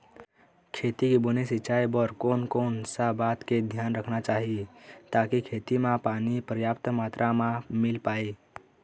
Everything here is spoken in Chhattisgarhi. खेती के बने सिचाई बर कोन कौन सा बात के धियान रखना चाही ताकि खेती मा पानी पर्याप्त मात्रा मा मिल पाए?